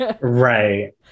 Right